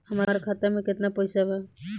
हमार खाता में केतना पैसा बा?